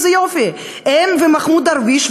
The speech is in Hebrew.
איזה יופי: הם ומחמוד דרוויש,